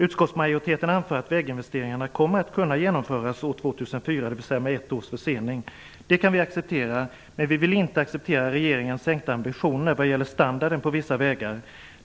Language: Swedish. Utskottsmajoriteten anför att väginvesteringarna kommer att kunna genomföras år 2004, dvs. med ett års försening. Det kan vi acceptera, men vi vill inte acceptera regeringens sänkta ambitioner vad gäller standarden på vissa vägar.